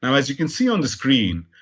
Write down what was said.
um as you can see on the screen,